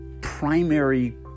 primary